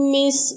Miss